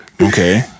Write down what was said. Okay